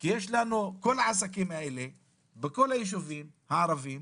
כי יש לנו, כל העסקים האלה בכל הישובים הערבים,